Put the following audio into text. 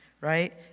right